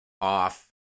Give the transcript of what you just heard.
off